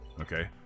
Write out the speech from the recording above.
Okay